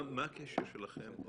מה הקשר שלכם?